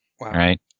Right